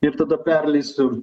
ir tada perleisiu